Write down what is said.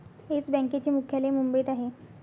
yes बँकेचे मुख्यालय मुंबईत आहे